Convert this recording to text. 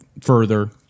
further